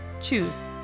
choose